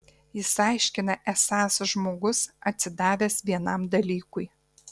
jis aiškina esąs žmogus atsidavęs vienam dalykui